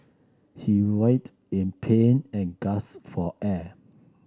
he writhed in pain and gasped for air